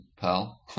pal